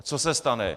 Co se stane?